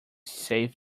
safe